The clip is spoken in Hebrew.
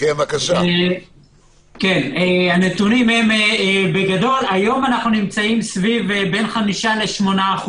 היום אנחנו נמצאים בין 5% ל-8%.